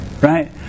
right